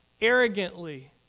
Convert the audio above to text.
arrogantly